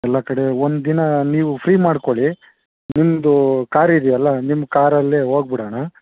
ಎಲ್ಲಾ ಕಡೆ ಒಂದಿನ ನೀವು ಫ್ರೀ ಮಾಡ್ಕೊಳ್ಳಿ ನಿಮ್ಮದು ಕಾರ್ ಇದೆಯಲಾ ನಿಮ್ಮ ಕಾರಲ್ಲೆ ಹೋಗ್ಬಿಡೋಣ